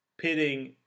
pitting